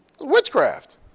Witchcraft